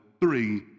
three